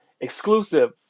exclusive